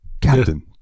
Captain